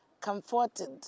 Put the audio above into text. comforted